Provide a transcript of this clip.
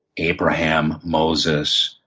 abraham, moses,